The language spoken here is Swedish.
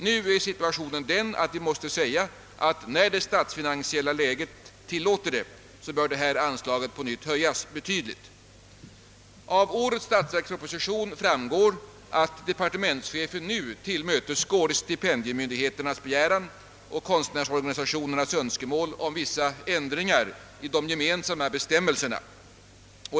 Nu är situationen den att, när det statsfinansiella läget tillåter, detta anslag på nytt bör höjas avsevärt. Av årets statsverksproposition framgår att departementschefen tillmötesgår stipendiemyndigheternas begäran och konstnärsorganisationernas «önskemål om vissa ändringar av de gemensamma bestämmelserna.